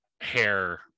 hair